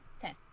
Ten